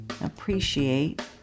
appreciate